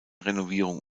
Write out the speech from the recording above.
renovierung